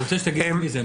מי זה?